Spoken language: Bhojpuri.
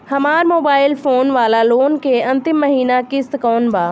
हमार मोबाइल फोन वाला लोन के अंतिम महिना किश्त कौन बा?